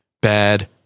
bad